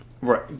Right